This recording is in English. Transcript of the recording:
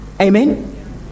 Amen